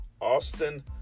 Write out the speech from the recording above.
Austin